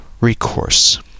recourse